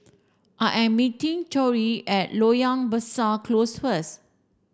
I am meeting Torrey at Loyang Besar Close first